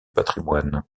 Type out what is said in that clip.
patrimoine